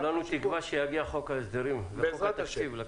-- כולנו תקווה שיגיע חוק ההסדרים לכנסת.